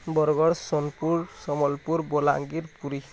Bargarh Sonepur Sambalpur Balangir Puri